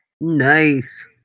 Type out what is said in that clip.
Nice